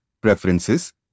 preferences